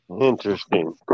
Interesting